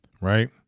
right